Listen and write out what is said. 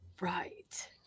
Right